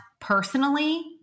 personally